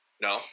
no